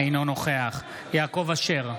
אינו נוכח יעקב אשר,